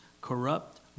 corrupt